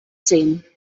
seen